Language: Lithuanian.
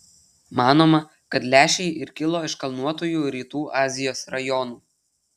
manoma kad lęšiai ir kilo iš kalnuotųjų rytų azijos rajonų